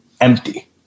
empty